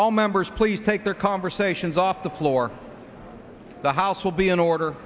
but members please take their conversations off the floor the house will be an order